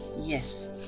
yes